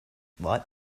light